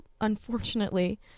unfortunately